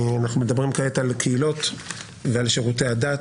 אנחנו מדברים כעת על קהילות ועל שירותי הדת,